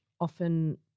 often